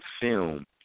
film